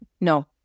no